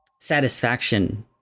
satisfaction